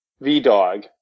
V-Dog